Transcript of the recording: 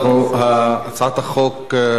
הצעת החוק,